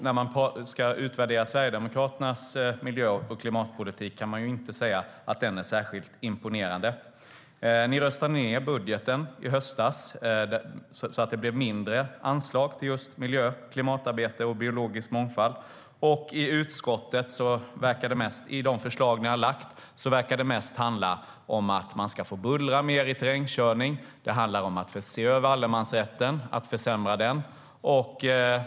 När man ska utvärdera Sverigedemokraternas miljö och klimatpolitik kan man inte säga att den är särskilt imponerande. Ni röstade ned budgeten i höstas så att det blev mindre anslag till miljö och klimatarbete och biologisk mångfald. Och i de förslag som ni har lagt fram i utskottet verkar det mest handla om att man ska få bullra mer vid terrängkörning och om att se över allemansrätten och försämra den.